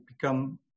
become